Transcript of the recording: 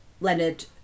Leonard